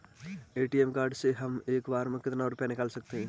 ATM card से हम एक बार में कितना रुपया निकाल सकते हैं?